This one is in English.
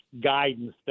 Guidance